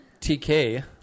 TK